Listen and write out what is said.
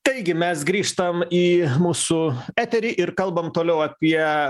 taigi mes grįžtam į mūsų eterį ir kalbam toliau apie